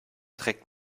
trägt